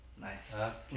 Nice